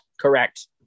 correct